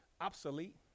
obsolete